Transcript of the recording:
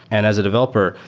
and as a developer,